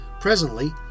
presently